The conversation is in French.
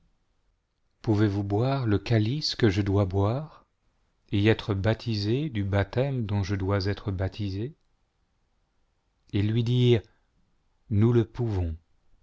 pouvez-vous boire le calice que je dois boire et être baptisés du baptême dont je dois être baptisé ils lui dirent nous le pouvons